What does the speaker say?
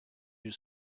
you